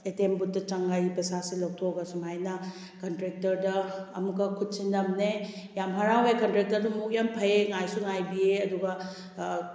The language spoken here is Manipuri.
ꯑꯦ ꯇꯤ ꯑꯦꯝ ꯕꯨꯠꯇ ꯆꯪꯉ ꯑꯩ ꯄꯩꯁꯥꯁꯤ ꯂꯧꯊꯣꯛꯑꯒ ꯁꯨꯃꯥꯏꯅ ꯀꯟꯇ꯭ꯔꯦꯛꯇꯔꯗ ꯑꯃꯨꯛꯀ ꯈꯨꯠꯁꯤꯟꯅꯕꯅꯦ ꯌꯥꯝꯅ ꯍꯔꯥꯎꯋꯦ ꯀꯟꯇ꯭ꯔꯦꯛꯇꯔꯗꯨ ꯃꯕꯨꯛ ꯌꯥꯝꯅ ꯐꯩꯌꯦ ꯉꯥꯏꯁꯨ ꯉꯥꯏꯕꯤꯌꯦ ꯑꯗꯨꯒ